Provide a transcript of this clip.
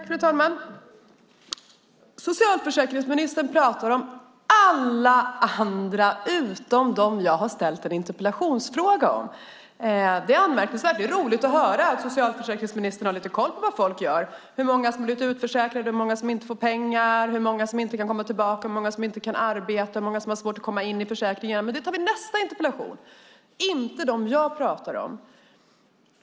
Fru talman! Socialförsäkringsministern pratar om alla utom dem som jag har ställt en interpellation om. Det är anmärkningsvärt. Det är roligt att höra att socialförsäkringsministern har koll på vad folk gör, hur många som har blivit utförsäkrade, hur många som inte får pengar, hur många som inte kan komma tillbaka, hur många som inte kan arbeta och hur många som har svårt att komma in i försäkringen igen, men det tar vi i nästa interpellationsdebatt. Det är inte dem jag pratar om.